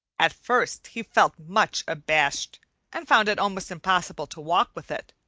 at first he felt much abashed and found it almost impossible to walk with it.